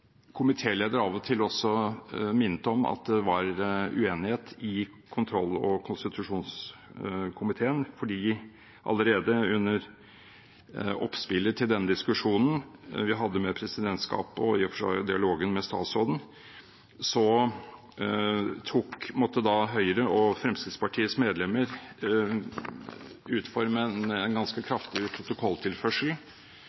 komitélederen av og til også minnet om at det var uenighet i kontroll- og konstitusjonskomiteen, for allerede under oppspillet til den diskusjonen vi hadde med presidentskapet, og i og for seg i dialogen med statsråden, måtte Høyres og Fremskrittspartiets medlemmer utforme en ganske